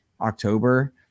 october